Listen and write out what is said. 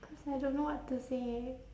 cause I don't know what to say